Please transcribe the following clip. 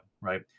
right